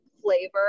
flavor